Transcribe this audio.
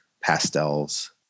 pastels